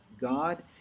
God